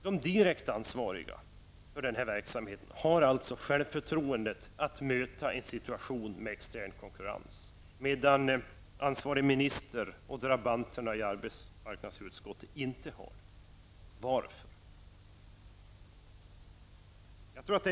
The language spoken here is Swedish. De direkt ansvariga för denna verksamhet har alltså självförtroendet att möta en situation med extern konkurrens, medan ansvarig minister och drabanterna i arbetsmarknadsutskottet inte har detta. Varför?